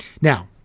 Now